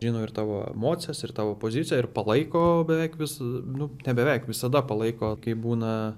žino ir tavo emocijas ir tavo poziciją ir palaiko beveik vis nu ne beveik visada palaiko kai būna